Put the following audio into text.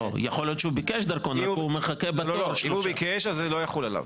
אולי ביקש דרכון- -- אם ביקש, זה לא יחול עליו.